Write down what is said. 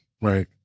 right